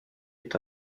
est